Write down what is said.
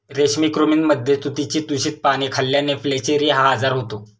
रेशमी कृमींमध्ये तुतीची दूषित पाने खाल्ल्याने फ्लेचेरी हा आजार होतो